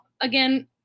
Again